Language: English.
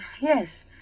Yes